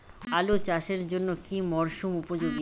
আলু চাষের জন্য কি মরসুম উপযোগী?